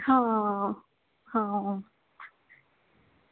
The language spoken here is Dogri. हां हां